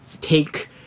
take